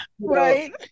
right